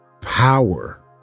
power